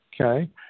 Okay